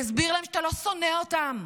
תסביר להם שאתה לא שונא אותם.